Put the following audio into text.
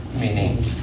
meaning